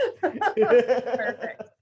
Perfect